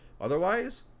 Otherwise